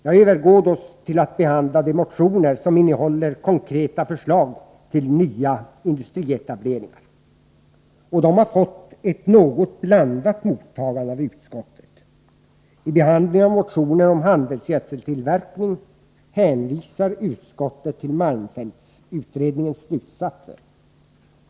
Jag övergår nu till att behandla de motioner som innehåller konkreta förslag till nya industrietableringar. Dessa motioner har fått ett något blandat mottagande av utskottet. I behandlingen av motionen om handelsgödseltillverkning hänvisar utskottet till malmfältsutredningens slutsatser.